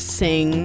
sing